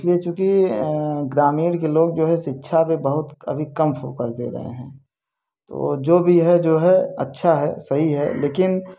इसलिए चूँकि ग्रामीण के लोग जो है शिक्षा पर बहुत अभी कम फोकस दे रहे हैं जो भी है जो है अच्छा है सही है लेकिन